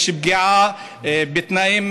יש פגיעה בתנאים